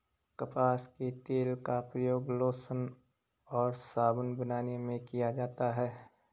कपास के तेल का प्रयोग लोशन और साबुन बनाने में किया जाता है